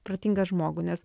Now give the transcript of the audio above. protingą žmogų nes